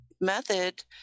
method